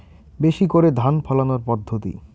বেশি করে ধান ফলানোর পদ্ধতি?